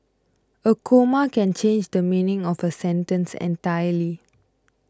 a comma can change the meaning of a sentence entirely